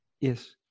Yes